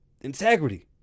Integrity